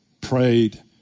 prayed